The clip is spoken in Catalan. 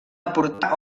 aportar